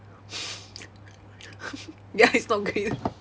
ya it's not green